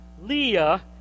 Leah